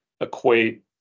equate